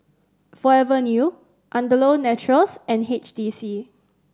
Forever New Andalou Naturals and H T C